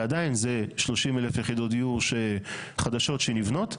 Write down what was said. ועדיין זה 30,000 יחידות דיור חדשות שנבנות,